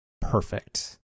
perfect